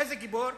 איזה גיבור.